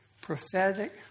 prophetic